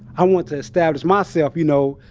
i wanted to establish myself you know,